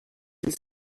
ils